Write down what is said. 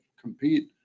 compete